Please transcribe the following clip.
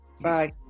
Bye